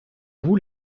vous